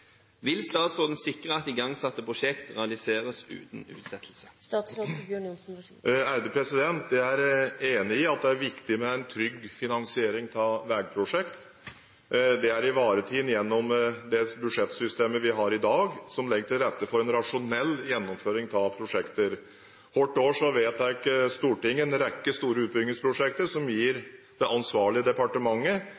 Vil statsråden sikre at igangsatte prosjekter realiseres uten utsettelse?» Jeg er enig i at det er viktig med en trygg finansiering av veiprosjekter. Det er ivaretatt gjennom det budsjettsystemet vi har i dag, som legger til rette for en rasjonell gjennomføring av prosjekter. Hvert år vedtar Stortinget en rekke store utbyggingsprosjekter som gir